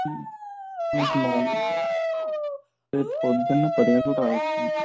రేపు మార్నింగ్ రేపు పొద్దున్నే పది గంటలకు రావచ్చా